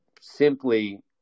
simply